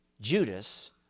Judas